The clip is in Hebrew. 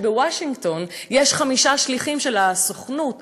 שבוושינגטון יש חמישה שליחים של הסוכנות,